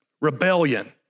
rebellion